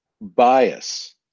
bias